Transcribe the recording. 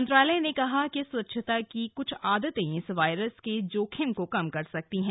मंत्रालय ने कहा है कि स्वच्छता की कुछ आदतें इस वायरस के जोखिम को कम कर सकती है